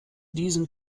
diesen